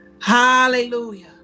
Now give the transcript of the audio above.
hallelujah